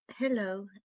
Hello